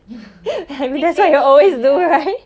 next day 都硬 sia